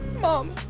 Mom